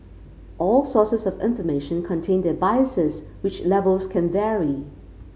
all sources of information contain their biases which levels can vary